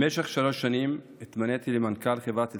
במשך שלוש שנים הייתי מנכ"ל חברת אלפנאר,